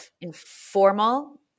informal